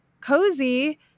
Cozy